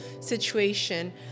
situation